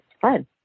fun